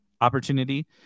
opportunity